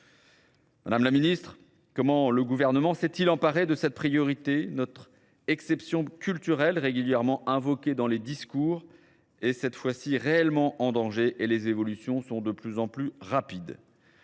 Madame la Ministre, comment le gouvernement s'est-il emparé de cette priorité, notre exception culturelle régulièrement invoquée dans les discours, est cette fois-ci réellement en danger et les évolutions sont de plus en plus rapides